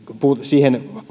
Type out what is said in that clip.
siihen